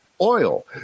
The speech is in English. oil